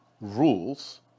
rules